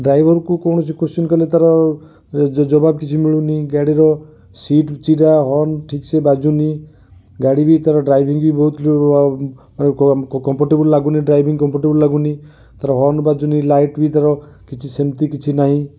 driver କୁ କୌଣସି କୋତ୍ସିନ୍ କଲେ ତାର ଯ ଜବାବ କିଛି ମିଳୁନି ଗାଡ଼ି ର ସିଟ ଚିରା ହର୍ନ ଠିକ୍ ସେ ବାଜୁନି ଗାଡ଼ି ବି ତାର ଡ୍ରାଇଭିଙ୍ଗ ବି କମ୍ଫର୍ଟେବଲ ଲାଗୁନି ଡ୍ରାଇଭିଙ୍ଗ କମ୍ଫର୍ଟେବଲ ଲାଗୁନି ତାର ହର୍ନ ବାଜୁନି ଲାଇଟ ବି ତାର କିଛି ସେମିତି କିଛି ନାହିଁ